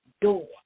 door